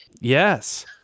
Yes